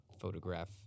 photograph